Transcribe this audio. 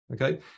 Okay